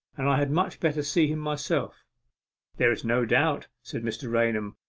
and i had much better see him myself there is no doubt said mr. raunham,